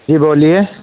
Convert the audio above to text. جی بولیے